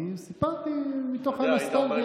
אני סיפרתי מתוך הנוסטלגיה.